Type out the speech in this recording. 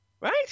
Right